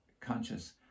conscious